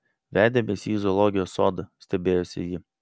vedėmės jį į zoologijos sodą stebėjosi ji